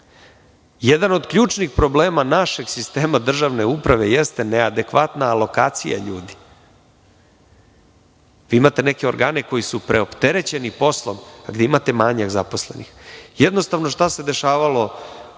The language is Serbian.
od ključnih problema našeg sistema državne uprave jeste neadekvatna lokacija ljudi. Vi imate neke organe koji su preopterećeni poslom, a gde imate manjak zaposlenih. Jednostavno, šta se dešavalo